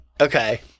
Okay